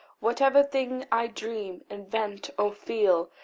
whatever thing i dream, invent, or feel,